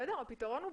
באיזון.